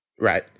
Right